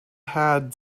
had